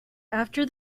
after